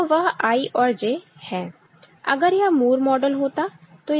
तो वह I और J हैअगर यह मूर मॉडल होता